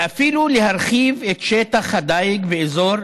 ואפילו להרחיב את שטח הדיג באזור,